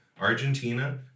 Argentina